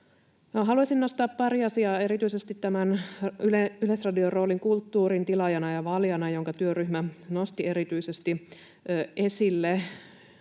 Haluaisin nostaa pari asiaa erityisesti Yleisradion roolista kulttuurin tilaajana ja vaalijana, minkä työryhmä nosti erityisesti esille.